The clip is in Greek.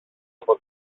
από